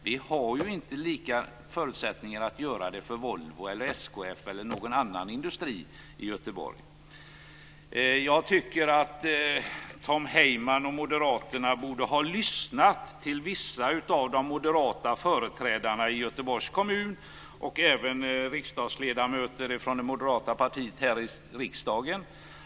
Vi har inte samma förutsättningar att göra det för Volvo, SKF eller någon annan industri i Jag tycker att Tom Heyman och Moderaterna borde ha lyssnat till vissa av de moderata företrädarna i Göteborgs kommun och även till moderata ledamöter här i riksdagen.